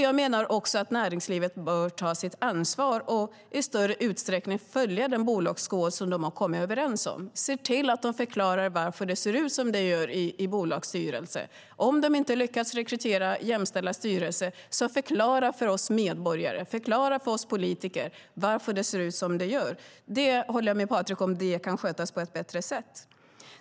Jag menar också att näringslivet bör ta sitt ansvar och i större utsträckning följa den bolagskod som de har kommit överens om. De ska se till att förklara varför det ser ut som det gör i bolagsstyrelserna. Om de inte lyckas rekrytera jämställda styrelser ska de förklara för oss medborgare och för oss politiker varför det ser ut som det gör. Jag håller med Patrik Björck om att det kan skötas på ett bättre sätt.